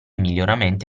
miglioramenti